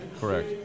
Correct